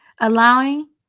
allowing